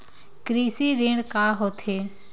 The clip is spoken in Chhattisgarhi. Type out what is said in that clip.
कृषि ऋण का होथे?